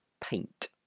paint